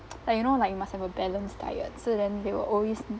like you know like you must have a balanced diet so then they will always